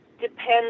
depends